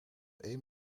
één